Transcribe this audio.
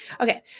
okay